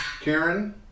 Karen